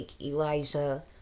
Elijah